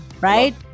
right